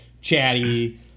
chatty